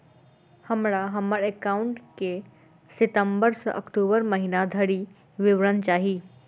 हमरा हम्मर एकाउंट केँ सितम्बर सँ अक्टूबर महीना धरि विवरण चाहि?